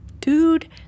dude